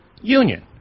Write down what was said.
union